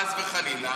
חס וחלילה,